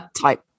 type